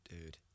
Dude